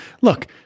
look